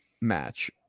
match